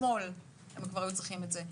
אתמול הם כבר היו צריכים את זה.